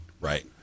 Right